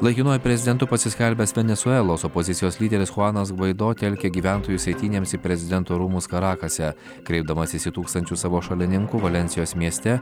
laikinuoju prezidentu pasiskelbęs venesuelos opozicijos lyderis chuanas gvaido telkia gyventojus eitynėms į prezidento rūmus karakase kreipdamasis į tūkstančius savo šalininkų valensijos mieste